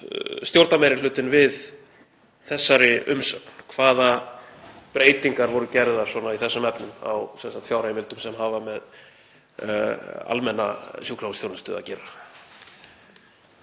stjórnarmeirihlutinn við þessari umsögn? Hvaða breytingar voru gerðar í þessum efnum á fjárheimildum sem hafa með almenna sjúkrahúsþjónustu að gera?